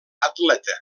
atleta